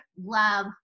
love